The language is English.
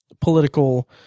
political